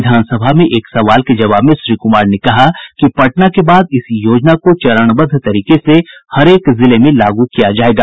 विधान सभा में एक सवाल के जवाब में श्री कुमार ने कहा कि पटना के बाद इस योजना को चरणबद्ध तरीके से हरेक जिले में लागू किया जायेगा